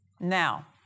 Now